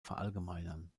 verallgemeinern